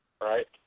Right